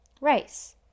rice